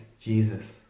Jesus